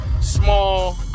small